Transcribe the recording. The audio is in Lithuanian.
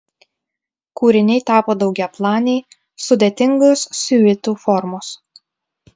kūriniai tapo daugiaplaniai sudėtingos siuitų formos